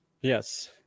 Yes